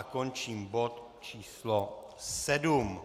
Končím bod číslo 7.